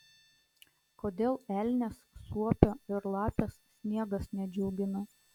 kodėl elnės suopio ir lapės sniegas nedžiugina